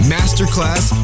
Masterclass